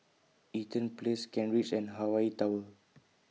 Eaton Place Kent Ridge and Hawaii Tower